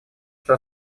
что